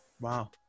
Wow